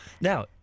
Now